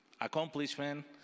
accomplishment